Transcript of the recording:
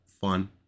fun